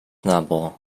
novel